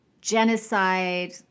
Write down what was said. genocide